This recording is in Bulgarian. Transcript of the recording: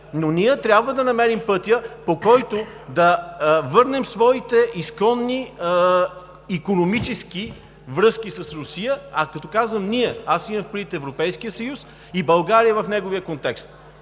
Но ние трябва да намерим пътя, по който да върнем своите изконни икономически връзки с Русия, а като казвам „ние“, имам предвид Европейския съюз и България в неговия контекст.